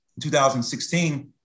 2016